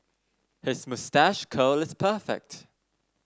his moustache curl is perfect